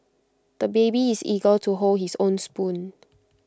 the baby is eager to hold his own spoon